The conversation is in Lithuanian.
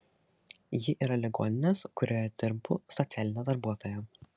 ji yra ligoninės kurioje dirbu socialinė darbuotoja